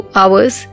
hours